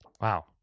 Wow